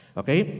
okay